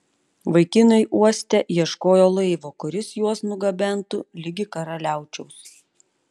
vaikinai uoste ieškojo laivo kuris juos nugabentų ligi karaliaučiaus